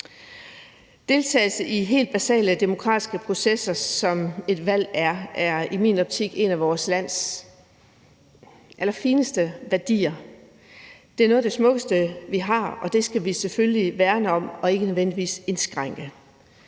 Deltagelse i helt basale demokratiske processer, som et valg er, er i min optik en af vort lands allerfineste værdier, og den skal vi selvfølgelig værne om og ikke nødvendigvis indskrænke.